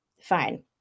fine